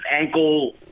ankle